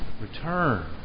Return